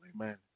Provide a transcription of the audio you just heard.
Amen